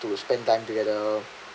to spend time together